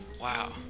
wow